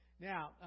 Now